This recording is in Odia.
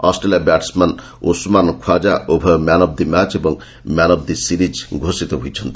ଅଷ୍ଟ୍ରେଲିଆ ବ୍ୟାଟସ୍ମ୍ୟାନ୍ ଉସ୍ମାନ ଖ୍ୱାଜା ଉଭୟ ମ୍ୟାନ୍ ଅଫ୍ ଦି ମ୍ୟାଚ୍ ଏବଂ ମ୍ୟାନ୍ ଅଫ୍ ଦି ସିରିଜ୍ ଘୋଷିତ ହୋଇଥିଲେ